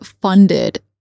funded